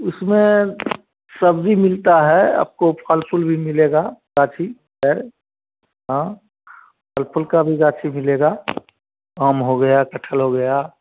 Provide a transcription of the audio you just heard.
उसमें सब्जी मिलता है आपको फल फूल भी मिलेगा काफी है हाँ एप्पल का भी गाछ मिलेगा आम हो गया कटहल हो गया